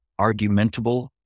argumentable